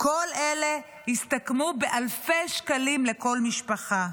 כל אלה יסתכמו באלפי שקלים לכל משפחה.